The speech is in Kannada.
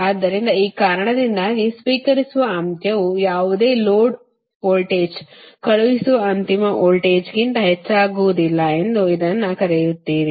ಆದ್ದರಿಂದ ಈ ಕಾರಣದಿಂದಾಗಿ ಸ್ವೀಕರಿಸುವ ಅಂತ್ಯವು ಯಾವುದೇ ಲೋಡ್ ವೋಲ್ಟೇಜ್ ಕಳುಹಿಸುವ ಅಂತಿಮ ವೋಲ್ಟೇಜ್ಗಿಂತ ಹೆಚ್ಚಾಗುವುದಿಲ್ಲ ಎಂದು ಇದನ್ನು ಕರೆಯುತ್ತೀರಿ